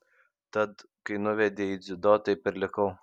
tad kai nuvedė į dziudo taip ir likau